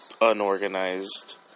unorganized